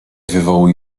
wywołuj